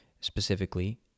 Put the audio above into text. specifically